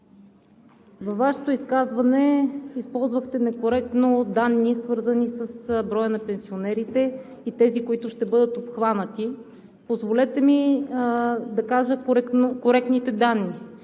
във Вашето изказване използвахте некоректно данни, свързани с броя на пенсионерите и тези, които ще бъдат обхванати. Позволете ми да кажа коректните данни.